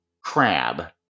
crab